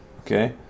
Okay